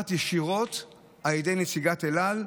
לנוסעת ישירות על ידי נציגת אל על,